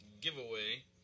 giveaway